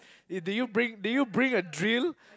did did you bring did you bring a drill